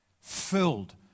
Filled